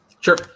Sure